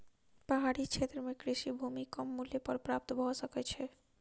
पहाड़ी क्षेत्र में कृषि भूमि कम मूल्य पर प्राप्त भ सकै छै